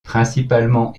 principalement